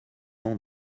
ans